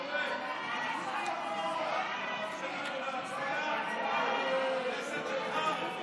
אתה מרשה לנו להצביע בכנסת שלך?